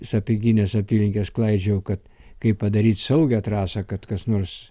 sapieginės apylinkes klaidžiojau kad kaip padaryt saugią trasą kad kas nors